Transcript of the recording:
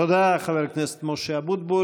תודה, חבר הכנסת משה אבוטבול.